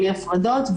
בלי הפרדות,